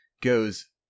goes